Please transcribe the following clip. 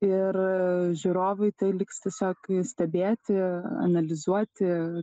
ir žiūrovui tai liks tiesiog stebėti analizuoti